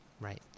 right